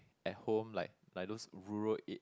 at home like like those rural a~